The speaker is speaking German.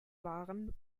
waren